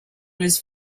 was